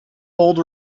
bold